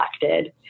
elected